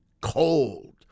cold